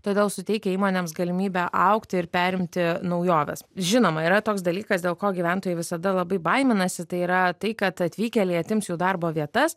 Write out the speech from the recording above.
todėl suteikia įmonėms galimybę augti ir perimti naujoves žinoma yra toks dalykas dėl ko gyventojai visada labai baiminasi tai yra tai kad atvykėliai atims jų darbo vietas